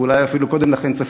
ואולי אפילו קודם לכן,